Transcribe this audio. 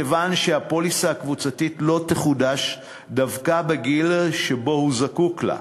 כיוון שהפוליסה הקבוצתית לא תחודש דווקא בגיל שבו הוא זקוק לה.